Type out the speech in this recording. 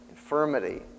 Infirmity